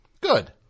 good